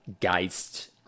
geist